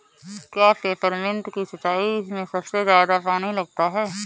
क्या पेपरमिंट की सिंचाई में सबसे ज्यादा पानी लगता है?